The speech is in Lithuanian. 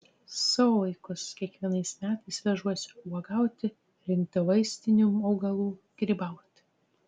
savo vaikus kiekvienais metais vežuosi uogauti rinkti vaistinių augalų grybauti